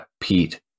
Pete